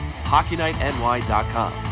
HockeyNightNY.com